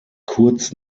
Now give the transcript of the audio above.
kurz